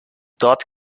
dort